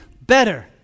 better